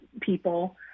people